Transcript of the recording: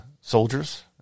soldiers